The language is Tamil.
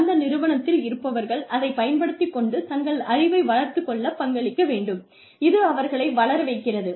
அந்த நிறுவனத்தில் இருப்பவர்கள் அதைப் பயன்படுத்திக் கொண்டு தங்கள் அறிவை வளர்த்துக் கொள்ளப் பங்களிக்க வேண்டும் இது அவர்களை வளர வைக்கிறது